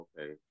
okay